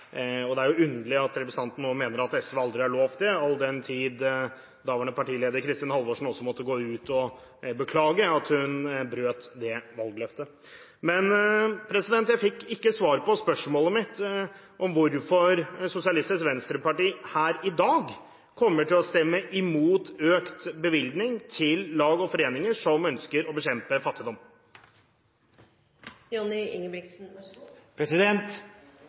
Det er underlig at representanten Ingebrigtsen nå mener at SV aldri har lovt det, all den tid daværende partileder, Kristin Halvorsen, måtte gå ut og beklage at hun brøt det valgløftet. Men jeg fikk ikke svar på spørsmålet mitt om hvorfor Sosialistisk Venstreparti her i dag kommer til å stemme imot økt bevilgning til lag og foreninger som ønsker å bekjempe